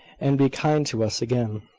and be kind to us again.